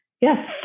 yes